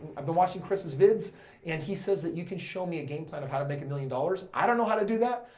i've been watching kris's vids and he says that you can show me a game plan of how to make a million dollars. i don't know how to do that.